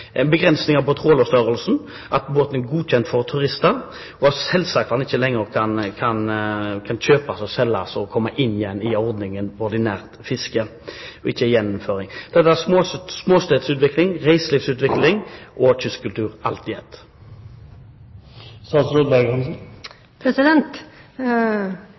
begrensninger på trålerstørrelsen, at båten er godkjent for turister, og at en selvsagt ikke lenger kan kjøpe og selge og komme inn igjen i ordningen med ordinært fiske, ikke en gjeninnføring. Dette er småstedsutvikling, reiselivsutvikling og